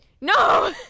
No